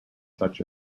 such